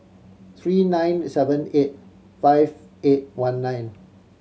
three nine seven eight five eight one nine